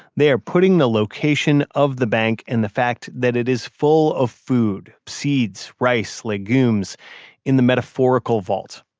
they are putting the location of the bank and the fact that it is full of food, seeds, rice, legumes in the metaphorical vault.